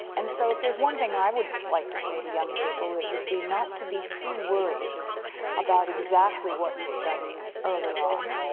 and so if there is one thing i would like to say to young people it would be not to be too worried about exactly what you study early on.